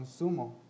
consumo